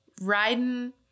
riding